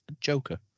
Joker